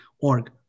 org